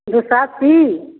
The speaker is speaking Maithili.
दुइ सओ अस्सी